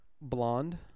Blonde